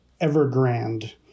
Evergrande